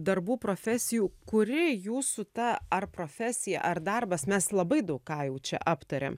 darbų profesijų kuri jūsų ta ar profesija ar darbas mes labai daug ką jau čia aptarėm